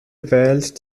wählt